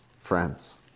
friends